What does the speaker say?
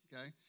okay